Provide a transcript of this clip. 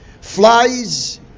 flies